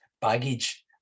baggage